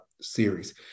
series